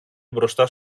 μπροστά